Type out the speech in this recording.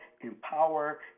empower